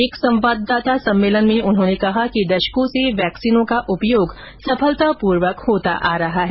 एक संवाददाता सम्मेलन में उन्होंने कहा कि दशकों से वैक्सिनों का उपयोग सफलतापूर्वक होता आ रहा है